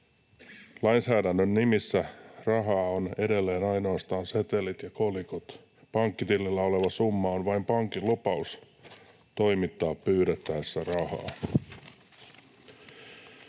”Lainsäädännön silmissä rahaa ovat edelleen ainoastaan setelit ja kolikot. Pankkitilillä oleva summa on vain pankin lupaus toimittaa pyydettäessä rahaa.”